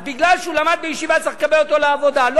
מכיוון שהוא למד בישיבה צריך לקבל אותו לעבודה.